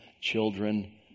children